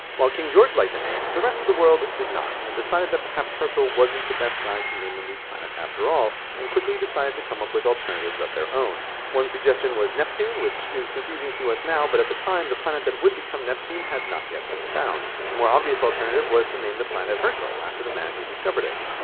while king george liked the name, the rest of the world did not and decided that perhaps herschel wasn't the best guy to name the new planet after all and quickly decided to come up with alternatives of their own. one suggestion was neptun, which is confusing to us now, but at the time the planet that would become neptun had not yet been found. a more obvious alternative was to name the planet herschel after the man who discovered it.